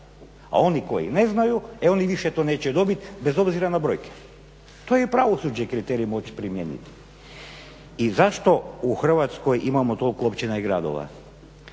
A oni koji ne znaju e oni više to neće dobiti bez obzira na brojke. To i pravosuđe kriterij moći primijeniti. I zašto u Hrvatskoj imamo toliko općina i gradova.